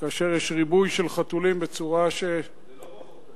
כאשר יש ריבוי של חתולים בצורה, זה לא בחוק הזה.